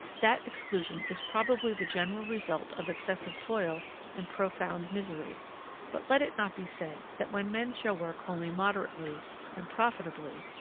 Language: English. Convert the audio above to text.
that exclusion is probably the general result of excessive toil and profound misery but let it not be said that when man shall work only moderately and profitably,